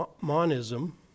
monism